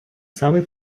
самий